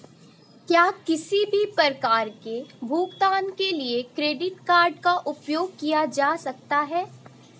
क्या किसी भी प्रकार के भुगतान के लिए क्रेडिट कार्ड का उपयोग किया जा सकता है?